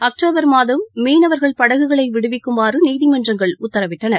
October மாதம் மீனவர்கள் படகுகளை விடுவிக்குமாறு நீதிமன்றங்கள் உத்தரவிட்டன